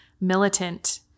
militant